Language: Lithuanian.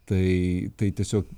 tai tai tiesiog